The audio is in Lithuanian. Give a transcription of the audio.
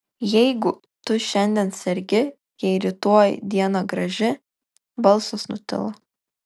jeigu tu šiandien sergi jei rytoj diena graži balsas nutilo